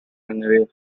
mineral